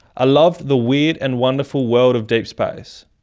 i loved the weird and wonderful world of deep space,